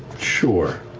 sure.